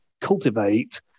cultivate